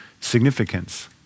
significance